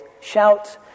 shout